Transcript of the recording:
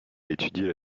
étudié